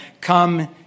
come